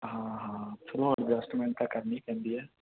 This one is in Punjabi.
ਹਾਂ ਹਾਂ ਚਲੋ ਅਡਜਸਟਮੈਂਟ ਤਾਂ ਕਰਨੀ ਪੈਂਦੀ ਹੈ